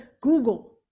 Google